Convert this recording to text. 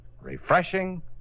refreshing